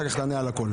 אחר כך תענה על הכול.